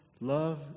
love